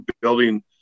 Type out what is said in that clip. building